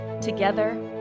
Together